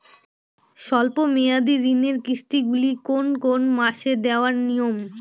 স্বল্প মেয়াদি ঋণের কিস্তি গুলি কোন কোন মাসে দেওয়া নিয়ম?